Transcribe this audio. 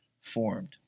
formed